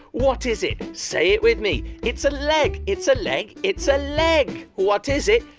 what is it? say it with me. it's a leg. it's a leg. it's a leg. what is it?